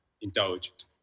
indulged